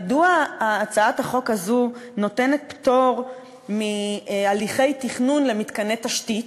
מדוע הצעת החוק הזו נותנת פטור מהליכי תכנון למתקני תשתית?